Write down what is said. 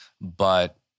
But-